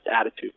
attitude